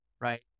right